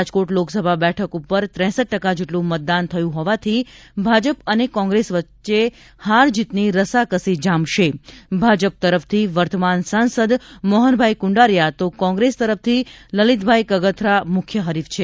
રાજકોટ લોકસભા બેઠક ઉપર હૂઉ ટકા જેટલું મતદાન થયું હોવાથી ભાજપ અને કોંગ્રેસ વચ્ચે હારજીતની રસાકસી જામશે ભાજપ તરફથી વર્તમાન સાંસદ મોહનભાઇ કુંડારીયા તો કોંગ્રેસ તરફથી લલિતભાઇ કગથરા મુખ્ય હરીફ છે